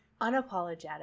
unapologetic